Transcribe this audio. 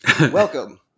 Welcome